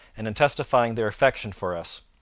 and in testifying their affection for us.